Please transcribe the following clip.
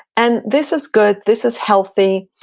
and this is good, this is healthy,